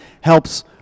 helps